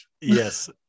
Yes